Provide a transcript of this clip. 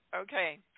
okay